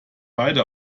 beide